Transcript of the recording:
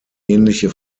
ähnliche